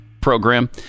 program